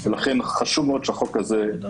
אבל גם על אזרחים ישראלים זה המצב.